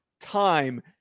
time